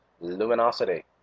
luminosity